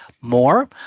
more